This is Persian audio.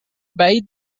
بعید